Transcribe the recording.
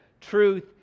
truth